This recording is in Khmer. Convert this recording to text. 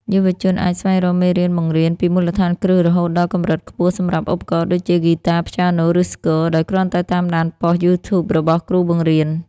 យុវជនអាចស្វែងរកមេរៀនបង្រៀនពីមូលដ្ឋានគ្រឹះរហូតដល់កម្រិតខ្ពស់សម្រាប់ឧបករណ៍ដូចជា ហ្គីតា ព្យាណូ ឬស្គរ ដោយគ្រាន់តែតាមដានប៉ុស្តិ៍ YouTube របស់គ្រូបង្រៀន។